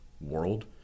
world